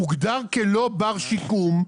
הוגדר כלא בר-שיקום,